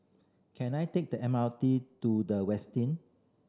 can I take the M R T to The Westin